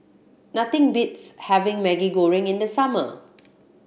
nothing beats having Maggi Goreng in the summer